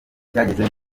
cyageze